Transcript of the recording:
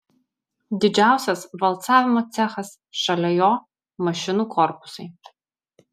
didžiausias valcavimo cechas šalia jo mašinų korpusai